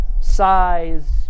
size